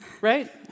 right